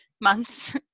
months